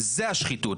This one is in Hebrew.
זו השחיתות.